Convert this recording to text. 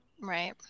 Right